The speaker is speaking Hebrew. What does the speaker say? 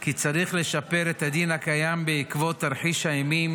כי צריך לשפר את הדין הקיים בעקבות תרחיש האימים